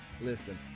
Listen